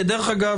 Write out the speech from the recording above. דרך אגב,